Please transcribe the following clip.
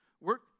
Work